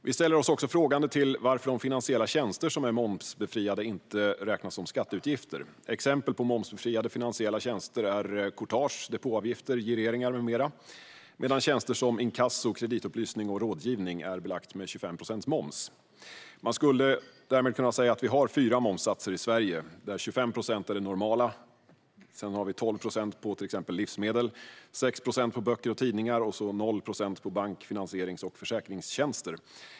Vi ställer oss också frågande till varför de finansiella tjänster som är momsbefriade inte räknas som skatteutgifter. Exempel på momsbefriade finansiella tjänster är courtage, depåavgifter, gireringar med mera. Däremot är tjänster som inkasso, kreditupplysning och rådgivning belagda med 25 procent moms. Man skulle därmed kunna säga att vi har fyra momssatser i Sverige, där 25 procent är det normala. Sedan är det 12 procent moms på till exempel livsmedel, 6 procent på böcker och tidningar och 0 procent på bank finansierings och försäkringstjänster.